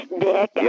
Dick